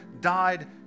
died